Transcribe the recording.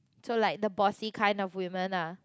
so like the bossy kind of women ah